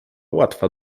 łatwa